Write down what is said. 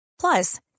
Plus